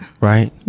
right